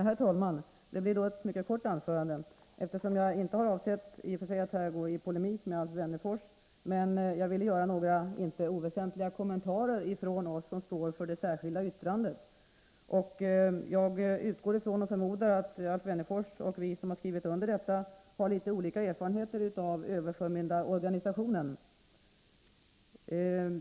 Herr talman! Det blir ett mycket kort anförande, eftersom jag inte har avsett att gå i polemik med Alf Wennerfors. Men jag vill göra några inte oväsentliga kommentarer från oss som står för det särskilda yttrandet. Jag utgår från och förmodar att Alf Wennerfors och vi som har skrivit under det särskilda yttrandet har litet olika erfarenheter av överförmyndarorganisationen.